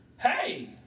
hey